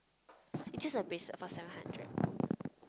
it just a bracelet for seven hundred